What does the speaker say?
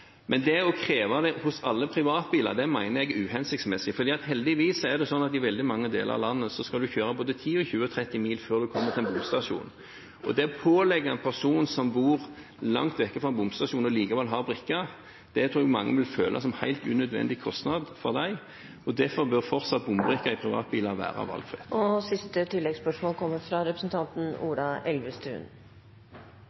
Men det å kreve det hos alle privatbiler mener jeg er uhensiktsmessig, for heldigvis er det slik at i veldig mange deler av landet skal man kjøre både 10, 20 og 30 mil før man kommer til en bomstasjon. Det å pålegge en person som bor langt borte fra en bomstasjon, likevel å ha brikke, tror jeg mange vil føle som en helt unødvendig kostnad. Derfor bør bompengebrikke i privatbiler fortsatt være valgfritt. Ola Elvestuen – til siste